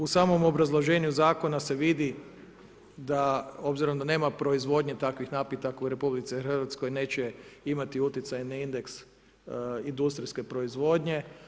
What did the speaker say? U samom obrazloženju zakona se vidi da obzirom da nema proizvodnje takvih napitaka u RH neće imati utjecaj na indeks industrijske proizvodnje.